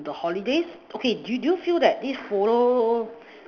the holidays okay do you do you feel that this photo